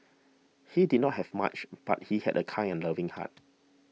he did not have much but he had a kind and loving heart